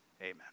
Amen